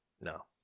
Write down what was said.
No